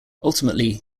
ultimately